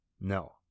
No